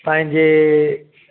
पंहिंजे